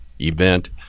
event